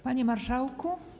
Panie Marszałku!